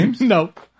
nope